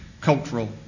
cultural